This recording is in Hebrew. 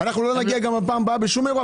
אנחנו לא נגיע איתם גם בפעם הבאה בשום אירוע,